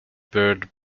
bird